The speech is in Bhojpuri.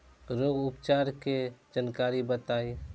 रोग उपचार के जानकारी बताई?